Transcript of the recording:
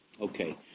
Okay